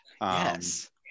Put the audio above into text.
Yes